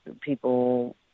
people